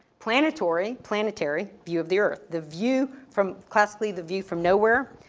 planetory, planetary view of the earth, the view from, classically the view from nowhere.